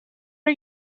are